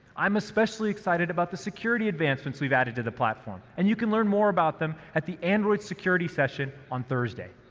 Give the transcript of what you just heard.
i'm especially excited about the security advancements we've added to the platform, and you can learn more about them at the android security session on thursday.